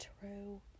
true